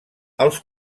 els